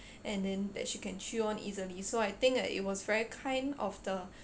and then that she can chew on easily so I think it was very kind of the